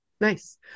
Nice